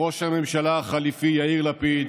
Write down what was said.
ראש הממשלה החלופי יאיר לפיד,